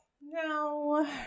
No